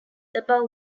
above